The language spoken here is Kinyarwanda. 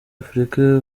afurika